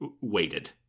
waited